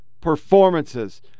performances